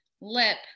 lip